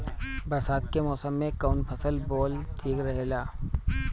बरसात के मौसम में कउन फसल बोअल ठिक रहेला?